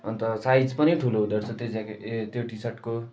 अन्त साइज पनि ठुलो हुँदो रहेछ त्यो ज्याकेट ए त्यो टिसर्टको